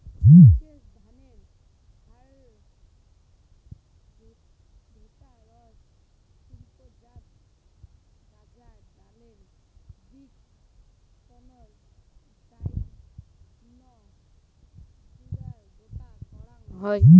বিশেষ ধরনের হারভেস্টারত শিল্পজাত গাঁজার ডালের দিক তন্তুর জইন্যে জুদায় গোটো করাং হই